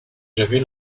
j’avais